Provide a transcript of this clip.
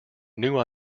new